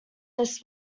this